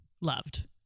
loved